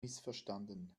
missverstanden